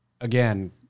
again